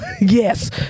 Yes